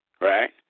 right